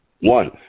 One